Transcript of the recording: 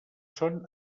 són